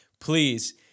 please